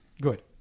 Good